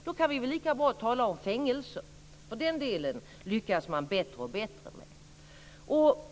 Då kan vi väl lika bra tala om fängelser. Den delen lyckas man bättre och bättre med.